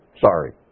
Sorry